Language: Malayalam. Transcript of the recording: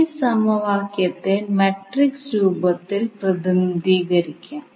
ഈ സമവാക്യത്തെ മാട്രിക്സ് രൂപത്തിൽ പ്രതിനിധീകരിക്കാം